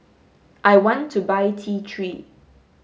I want to buy T three